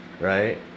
Right